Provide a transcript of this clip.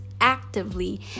actively